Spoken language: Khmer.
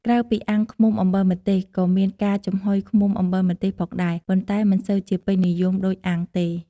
ក្រៅពីអាំងឃ្មុំអំបិលម្ទេស ក៏មានការចំហុយឃ្មុំអំបិលម្ទេសផងដែរ ប៉ុន្តែមិនសូវជាពេញនិយមដូចអាំងទេ។